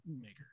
maker